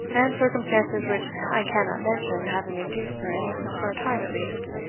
and circumstances which i cannot mention having induced me, for a time at least,